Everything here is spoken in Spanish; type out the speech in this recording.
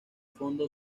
fondo